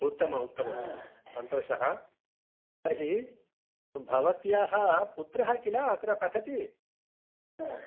उत्तमम् उत्तमं सन्तोषः तर्हि भवत्याः पुत्रः किल अत्र पठति